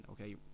okay